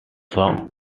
some